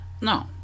No